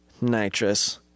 nitrous